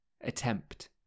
attempt